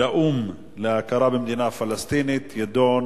לאו"ם להכרה במדינה פלסטינית, תידון